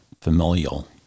familial